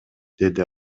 деди